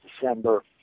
December